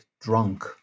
drunk